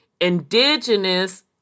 indigenous